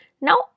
Now